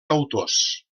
autors